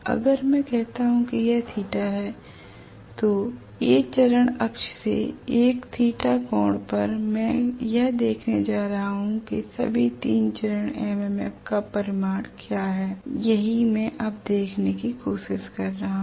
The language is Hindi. अगर मैं कहता हूं कि यह θ है तो A चरण अक्ष से एक θ कोण पर मैं यह देखने जा रहा हूं कि सभी 3 चरण MMFs का परिणाम क्या है यही मैं अब देखने की कोशिश कर रहा हूं